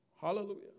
Hallelujah